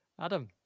Adam